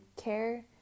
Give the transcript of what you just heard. care